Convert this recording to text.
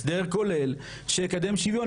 הסדר כולל שמקדם שוויון.